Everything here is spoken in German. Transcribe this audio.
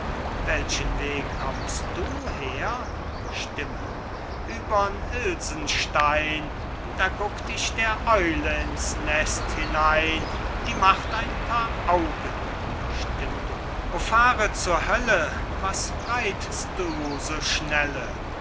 welchen weg kommst du her ueber'n ilsenstein da guckt ich der eule ins nest hinein die macht ein paar augen o fahre zur hölle was reit'st du so schnelle